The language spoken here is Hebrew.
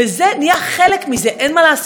זה נהיה חלק מזה, אין מה לעשות.